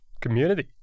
community